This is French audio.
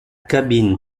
cabine